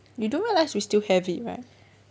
you do realise we still have it right